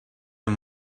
and